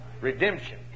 Redemption